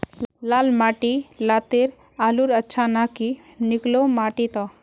लाल माटी लात्तिर आलूर अच्छा ना की निकलो माटी त?